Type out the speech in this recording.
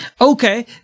Okay